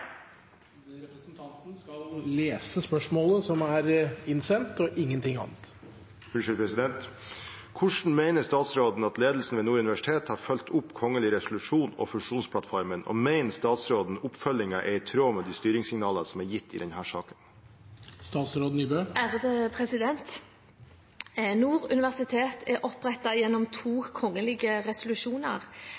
representanten Marius Meisfjord Jøsevold. «Hvordan mener statsråden ledelsen ved Nord universitet har fulgt opp kongelig resolusjon og fusjonsplattformen mellom Høgskolen i Nesna, Høgskolen i Nord-Trøndelag og Universitetet i Nordland, og mener statsråden oppfølgingen er i tråd med de styringssignaler som er gitt i denne saken?» Nord universitet er opprettet gjennom to